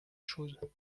chose